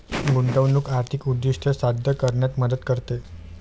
गुंतवणूक आर्थिक उद्दिष्टे साध्य करण्यात मदत करते